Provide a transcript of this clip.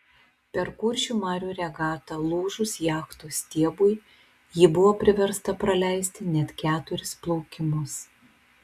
per kuršių marių regatą lūžus jachtos stiebui ji buvo priversta praleisti net keturis plaukimus